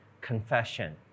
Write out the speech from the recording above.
confession